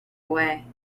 away